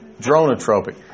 dronotropic